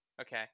Okay